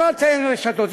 אני לא אציין רשתות,